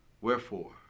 Wherefore